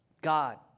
God